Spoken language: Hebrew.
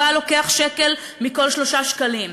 והוא היה לוקח שקל מכל 3 שקלים.